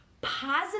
Positive